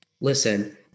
listen